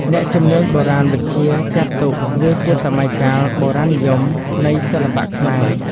អ្នកជំនាញបុរាណវិទ្យាចាត់ទុកវាជាសម័យកាល "បុរាណនិយម" នៃសិល្បៈខ្មែរ។